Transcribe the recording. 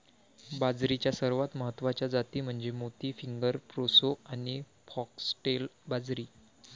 बाजरीच्या सर्वात महत्वाच्या जाती म्हणजे मोती, फिंगर, प्रोसो आणि फॉक्सटेल बाजरी